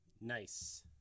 nice